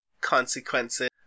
consequences